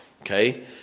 Okay